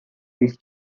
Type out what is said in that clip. this